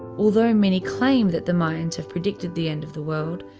although many claim that the mayans have predicted the end of the world,